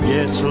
Yes